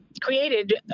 created